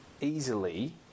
easily